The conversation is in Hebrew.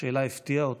השאלה הפתיעה אותו,